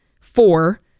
Four